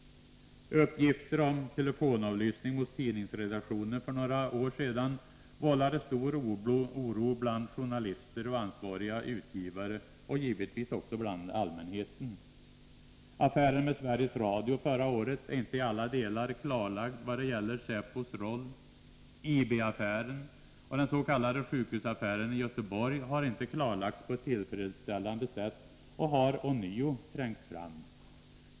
Uppgifter om telefonavlyssning mot tidningsredaktioner för några år sedan vållade stor oro bland journalister och ansvariga utgivare och givetvis också bland allmänheten. Affären med Sveriges Radio förra året är inte i alla delar klarlagd vad gäller säpos roll. IB-affären och den s.k. sjukhusaffären i Göteborg har inte klarlagts på ett tillfredsställande sätt och har ånyo trängt fram.